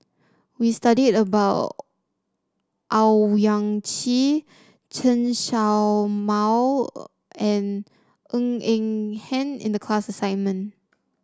we studied about Owyang Chi Chen Show Mao and Ng Eng Hen in the class assignment